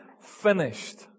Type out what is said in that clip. finished